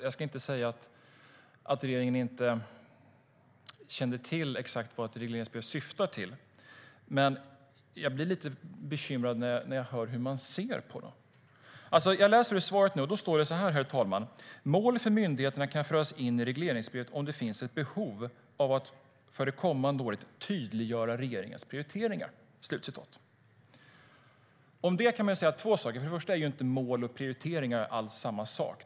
Jag ska inte säga att regeringen inte känner till exakt vad ett regleringsbrev syftar till, men jag blir lite bekymrad när jag hör hur man ser på dem. Jag läser ur svaret, herr talman: "Mål för myndigheterna kan föras in i regleringsbrevet om det finns ett behov av att för det kommande året tydliggöra regeringens prioriteringar. "Om det kan man säga två saker. För det första är inte mål och prioriteringar alls samma sak.